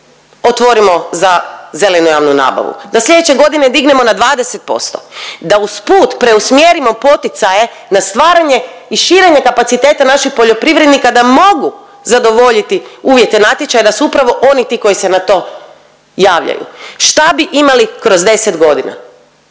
otvorimo za zelenu javnu nabavu, da sljedeće godine dignemo na 20%, da usput preusmjerimo poticaje na stvaranje i širenje kapaciteta naših poljoprivrednika da mogu zadovoljiti uvjete natječaja i da su upravo oni ti koji se na to javljaju. Šta bi imali kroz 10 godina?